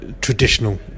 Traditional